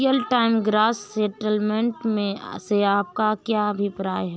Real time gross settlement से आपका क्या अभिप्राय है?